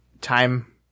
time